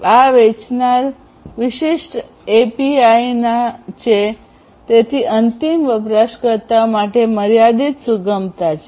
આ વેચનાર વિશિષ્ટ એપીઆઇનાં છે તેથી અંતિમ વપરાશકર્તાઓ માટે મર્યાદિત સુગમતા છે